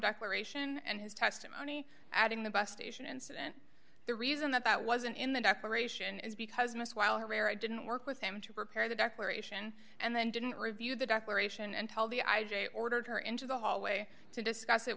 dr ration and his testimony adding the bus station incident the reason that wasn't in the declaration is because most while where i didn't work with them to prepare the declaration and then didn't review the declaration and tell the i j a ordered her into the hallway to discuss it